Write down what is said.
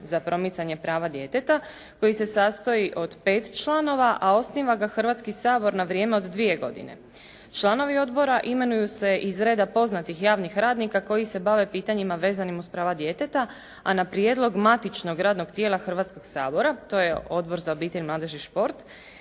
za promicanje prava djeteta koji se sastoji od 5 članova, a osniva ga Hrvatski sabor na vrijeme od 2 godine. Članovi odbora imenuju se iz redova poznatih javnih radnika koji se bave pitanjima vezanim uz prava djeteta, a na prijedlog matičnog tijela Hrvatskog sabor, to je Odbor za obitelj, mladež i šport.